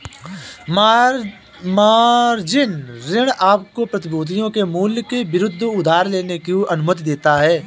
margin ऋण आपको प्रतिभूतियों के मूल्य के विरुद्ध उधार लेने की अनुमति देता है